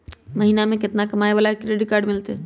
महीना में केतना कमाय वाला के क्रेडिट कार्ड मिलतै?